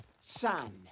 Son